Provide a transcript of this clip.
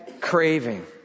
craving